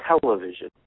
television